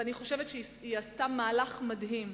ואני חושבת שהיא עשתה מהלך מדהים.